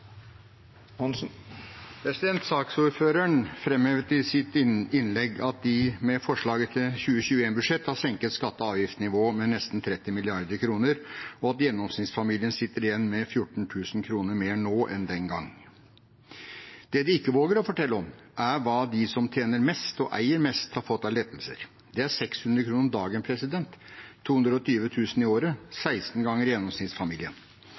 Saksordføreren framhevet i sitt innlegg at de med forslaget til 2021-budsjettet har senket skatte- og avgiftsnivået med nesten 30 mrd. kr, og at gjennomsnittsfamilien sitter igjen med 14 000 kr mer nå enn den gang. Det de ikke våger å fortelle, er hva de som tjener mest og eier mest, har fått av lettelser. Det er 600 kr dagen – 220 000 kr i året og seksten ganger mer enn gjennomsnittsfamilien.